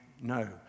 no